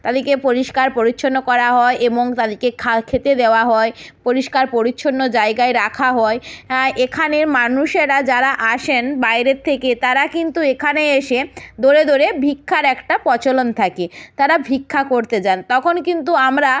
তাদিকে পরিষ্কার পরিচ্ছন্ন করা হয় এবং তাদিকে খা খেতে দেওয়া হয় পরিষ্কার পরিচ্ছন্ন জায়গায় রাখা হয় এখানে মানুষেরা যারা আসেন বাইরের থেকে তারা কিন্তু এখানে এসে দোরে দোরে ভিক্ষার একটা প্রচলন থাকে তারা ভিক্ষা করতে যান তখন কিন্তু আমরা